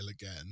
again